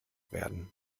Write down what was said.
werden